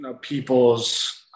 people's